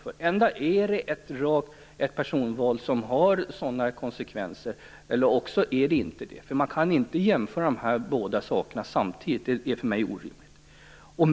Antingen är det fråga om ett personval som har sådana konsekvenser eller också är det inte det. Man kan inte påstå dessa båda saker samtidigt - det är för mig orimligt.